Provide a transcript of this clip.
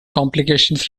complications